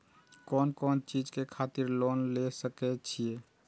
कोन कोन चीज के खातिर लोन ले सके छिए?